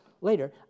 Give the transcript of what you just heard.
later